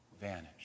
vanish